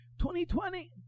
2020